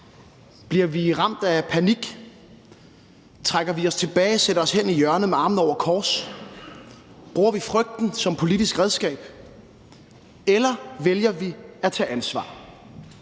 Bliver vi ramt af panik, trækker vi os tilbage og sætter os hen i hjørnet med armene over kors, bruger vi frygten som politisk redskab? Eller vælger vi at tage ansvar,